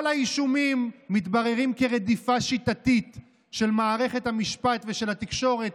כל האישומים מתבררים כרדיפה שיטתית של מערכת המשפט ושל התקשורת